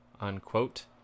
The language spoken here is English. unquote